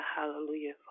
Hallelujah